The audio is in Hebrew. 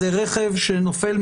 זה רכב שנופל,